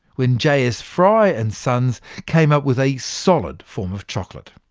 when j. s. fry and sons came up with a solid form of chocolate.